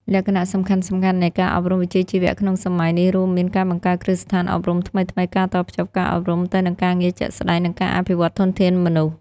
លក្ខណៈសំខាន់ៗនៃការអប់រំវិជ្ជាជីវៈក្នុងសម័យនេះរួមមាន ការបង្កើតគ្រឹះស្ថានអប់រំថ្មីៗ ការតភ្ជាប់ការអប់រំទៅនឹងការងារជាក់ស្តែង និងការអភិវឌ្ឍធនធានមនុស្ស។